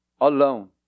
Alone